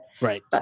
Right